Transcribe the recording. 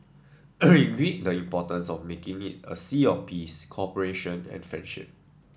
we agreed the importance of making it a sea of peace cooperation and friendship